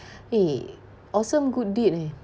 eh awesome good deed leh